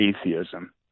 atheism